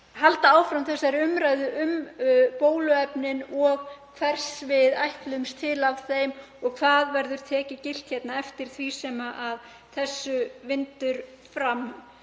halda áfram þessari umræðu um bóluefnin, hvers við ætlumst til af þeim og hvað verði tekið gilt eftir því sem þessu vindur fram?